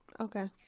Okay